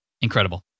Incredible